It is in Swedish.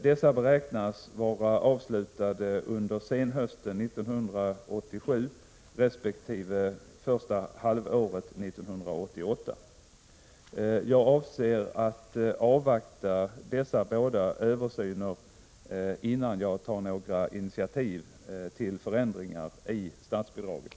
Dessa beräknas vara avslutade under senhösten 1987 resp. första halvåret 1988. Jag avser att avvakta dessa båda översyner innan jag tar några initiativ till förändringar i statsbidraget.